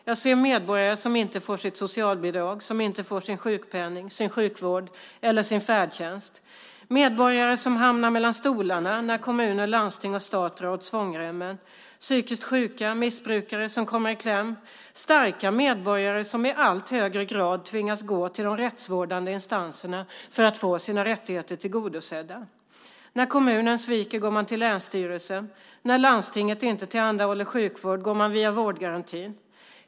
Jag ser medborgare som inte får sitt socialbidrag och som inte får sin sjukpenning, sin sjukvård eller sin färdtjänst, medborgare som hamnar mellan stolarna när kommun, landsting och staten drar åt svångremmen, psykiskt sjuka och missbrukare som kommer i kläm, starka medborgare som i allt högre grad tvingas att gå till de rättsvårdande instanserna för att få sina rättigheter tillgodosedda. När kommunen sviker går man till länsstyrelsen. När landstinget inte tillhandahåller sjukvård går man via vårdgarantin.